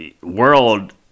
world